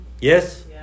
Yes